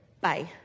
Bye